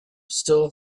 still